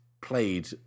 played